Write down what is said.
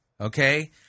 okay